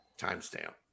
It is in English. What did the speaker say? timestamp